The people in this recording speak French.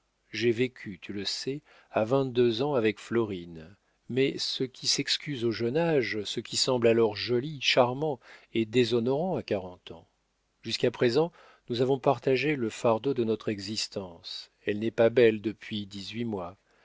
j'ai vécu tu le sais à vingt-deux ans avec florine mais ce qui s'excuse au jeune âge ce qui semble alors joli charmant est déshonorant à quarante ans jusqu'à présent nous avons partagé le fardeau de notre existence elle n'est pas belle depuis dix-huit mois